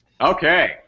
Okay